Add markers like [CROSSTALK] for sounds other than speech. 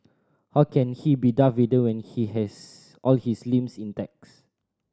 how can he be Darth Vader when he has all his limbs intact [UNINTELLIGIBLE]